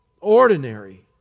ordinary